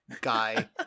guy